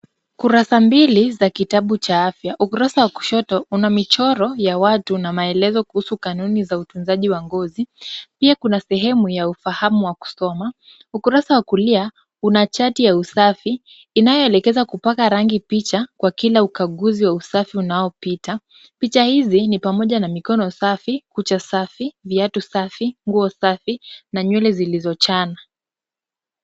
Kurasa mbili za kitabu cha afya. Ukurasa wa kushoto una michoro ya watu na maelezo kuhusu kanuni za utunzaji wa ngozi. Pia kuna sehemu ya ufahamu wa kusoma. Ukurasa wa kulia una chati ya usafi inayoelekeza kupaka rangi picha kwa kila ukaguzi wa usafi unaopita. Picha hizi ni pamoja na mikono safi, kucha safi, viatu safi, nguo safi na nywele zilizochanwa.